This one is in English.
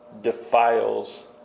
defiles